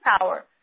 power